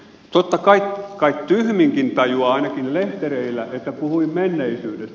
totta kai kai tyhminkin tajuaa ainakin lehtereillä että puhuin menneisyydestä